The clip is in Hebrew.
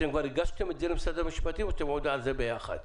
אתם כבר הגשתם את זה למשרד המשפטים או אתם "על זה" ביחד?